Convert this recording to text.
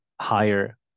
higher